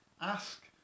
Ask